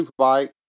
Superbike